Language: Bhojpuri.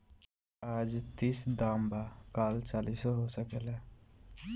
आज तीस दाम बा काल चालीसो हो सकेला